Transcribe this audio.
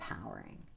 empowering